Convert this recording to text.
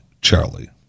Charlie